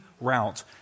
route